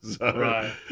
Right